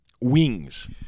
Wings